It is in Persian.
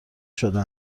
شده